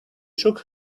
shook